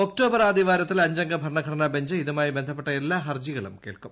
October ആദ്യവാരത്തിൽ അഞ്ചംഗ ഭരണഘടനാ ബഞ്ച് ഇതുമായി ബന്ധപ്പെട്ട എല്ലാ ഹർജികളും കേൾക്കും